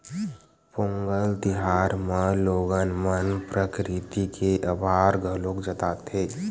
पोंगल तिहार म लोगन मन प्रकरिति के अभार घलोक जताथे